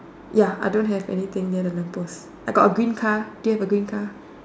ya I don't have any thing near the lamp post I got a green car do you have a green car